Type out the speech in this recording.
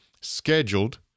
scheduled